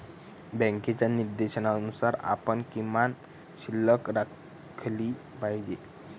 बँकेच्या निर्देशानुसार आपण किमान शिल्लक राखली पाहिजे